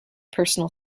personal